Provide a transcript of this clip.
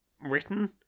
written